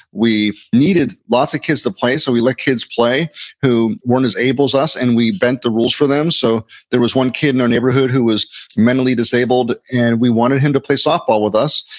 we needed lots of kids to play, so we let kids play who weren't as able as us, and we bent the rules for them. so there was one kid in our neighborhood who was mentally disabled, and we wanted him to play softball with us.